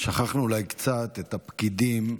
שכחנו אולי קצת את הפקידים,